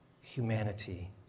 humanity